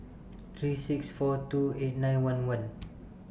three six four two eight nine one one